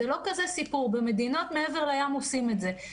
זה לא כזה סיפור, במדינות מעבר לים עושים את זה.